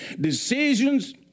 Decisions